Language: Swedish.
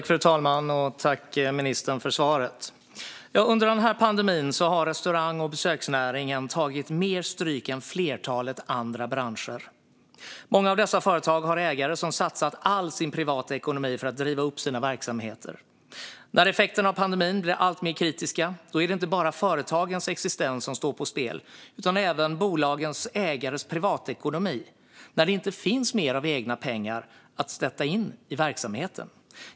Fru talman! Tack, ministern, för svaret! Under den här pandemin har restaurang och besöksnäringen tagit mer stryk än flertalet andra branscher. Många av dessa företag har ägare som satsat all sin privata ekonomi på att driva upp sina verksamheter. När effekterna av pandemin blir alltmer kritiska är det inte bara företagens existens som står på spel utan även bolagens ägares privatekonomi, när det inte finns mer av egna pengar att sätta in i verksamheten.